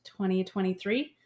2023